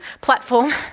platform